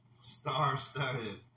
Star-studded